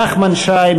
נחמן שי,